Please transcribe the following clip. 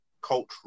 cultural